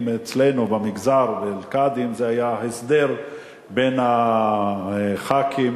אצלנו במגזר וקאדים זה היה הסדר בין הח"כים,